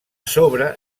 sobre